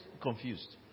confused